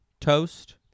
Toast